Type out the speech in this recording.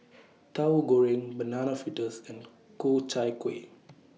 Tahu Goreng Banana Fritters and Ku Chai Kueh